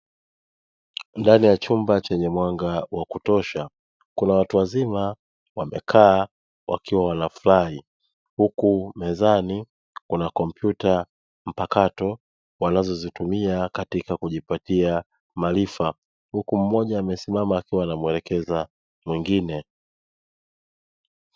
Ndani ya chumba chenye mwanga wa kutosha, kuna watu wazima wamekaa wakiwa na furaha huku mezani kuna kompyuta mpakato, wanazozitumia katika kujipatia maarifa huku mmoja amesimama akiwa anamuelekeza mwingine.